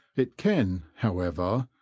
it can, however,